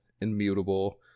immutable